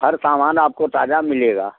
हर सामान आपको ताजा मिलेगा